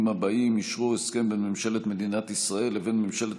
האלה: אשרור הסכם בין ממשלת מדינת ישראל לבין ממשלת